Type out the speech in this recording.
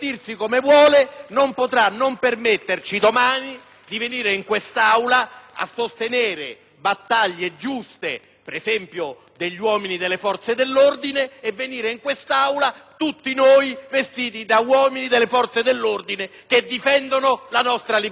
domani in quest'Aula a sostenere battaglie giuste, per esempio per gli uomini delle forze dell'ordine, vestiti da uomini delle forze dell'ordine che difendono la nostra libertà. Lei non può permettere ad un parlamentare